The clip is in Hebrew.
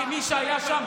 כמי שהיה שם,